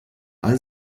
all